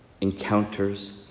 encounters